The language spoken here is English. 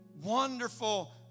wonderful